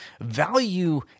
Value